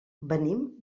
venim